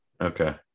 okay